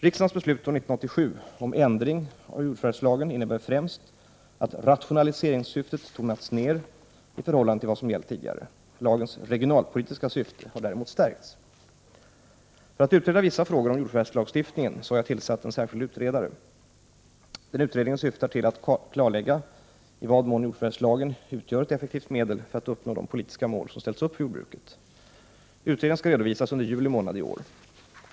Riksdagens beslut år 1987 om ändring av jordförvärvslagen innebär främst att rationaliseringssyftet tonats ner i förhållande till vad som gällt tidigare. Lagens regionalpolitiska syfte har däremot stärkts. För att utreda vissa frågor om jordförvärvslagstiftningen har jag tillsatt en särskild utredare. Utredningen syftar till att klarlägga i vad mån jordförvärvslagen utgör ett effektivt medel för att uppnå de politiska mål som ställts upp för jordbruket. Utredningen skall redovisas under juli månad i år.